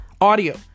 audio